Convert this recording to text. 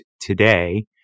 today